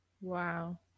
Wow